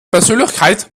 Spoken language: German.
persönlichkeit